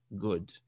good